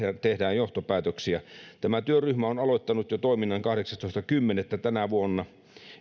tehdään johtopäätöksiä tämä työryhmä on on aloittanut toiminnan jo kahdeksastoista kymmenettä tänä vuonna